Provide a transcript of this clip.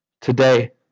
Today